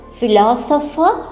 philosopher